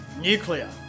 Nuclear